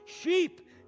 sheep